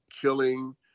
killing